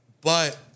but-